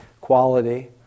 quality